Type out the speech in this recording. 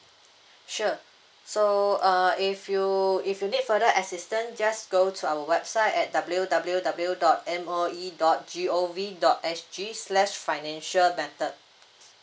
sure so err if you if you need further assistance just go to our website at W W W dot M O E dot G O V dot S G slash financial matter